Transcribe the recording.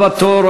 הבא בתור,